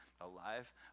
alive